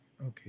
Okay